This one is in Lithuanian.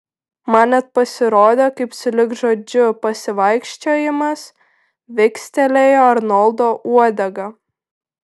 man net pasirodė kaip sulig žodžiu pasivaikščiojimas vikstelėjo arnoldo uodega